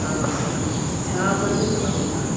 अध्यापनं कृतवन्तः